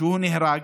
שהוא נהרג,